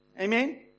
Amen